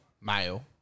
male